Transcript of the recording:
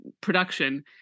production